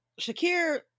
Shakir